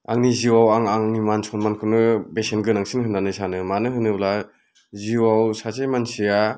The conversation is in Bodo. आंनि जिउआव आं आंनि मान सनमानखौनो बेसेन गोनांसिन होननानै सानो मानो होनोब्ला जिउआव सासे मानसिया